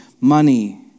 money